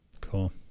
Cool